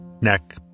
neck